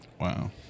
Wow